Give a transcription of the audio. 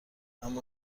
اما